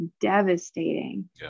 devastating